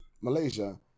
Malaysia